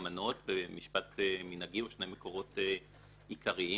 אמנות ומשפט מנהגי או שני מקורות עיקריים,